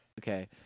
Okay